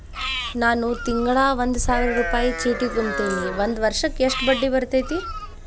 ನಾನು ತಿಂಗಳಾ ಒಂದು ಸಾವಿರ ರೂಪಾಯಿ ಚೇಟಿ ತುಂಬತೇನಿ ಒಂದ್ ವರ್ಷಕ್ ಎಷ್ಟ ಬಡ್ಡಿ ಬರತೈತಿ?